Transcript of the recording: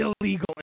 illegal